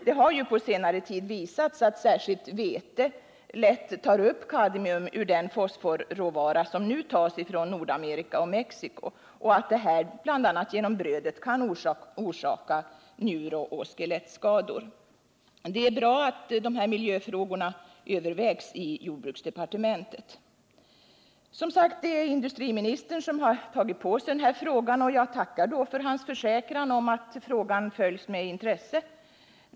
Det har ju på senare tid påvisats att särskilt vete lätt tar upp kadmium ur den fosforråvara som nu kommer från Nordamerika och Mexico och att det genom brödet kan orsaka bl.a. njuroch skelettskador. Det är bra att dessa miljöfrågor övervägs i jordbruksdepartementet. Det är som sagt industriministern som har tagit på sig att svara på min fråga, och jag tackar för hans försäkran att frågan följs med intresse.